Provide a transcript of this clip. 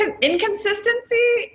inconsistency